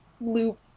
loop